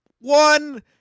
one